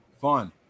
fun